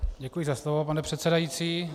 Děkuji za slovo, pane předsedající.